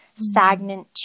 Stagnant